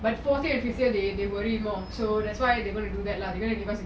but fourth year and fifth year they worry more so that's why they want to do that lah they going to give us